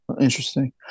interesting